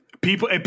People